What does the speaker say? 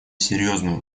серьезную